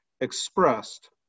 expressed